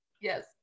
Yes